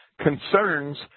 concerns